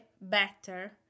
better